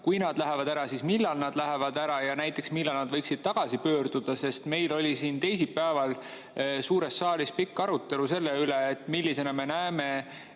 kui nad lähevad ära, siis millal nad lähevad ära? Ja näiteks millal nad võiksid tagasi pöörduda? Meil oli teisipäeval suures saalis pikk arutelu selle üle, millisena me näeme